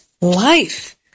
life